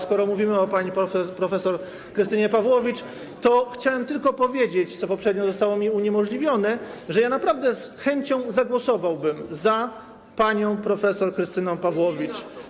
A skoro mówimy o pani prof. Krystynie Pawłowicz, to chciałem tylko powiedzieć, co poprzednio zostało mi uniemożliwione, że ja naprawdę z chęcią zagłosowałbym za panią prof. Krystyną Pawłowicz.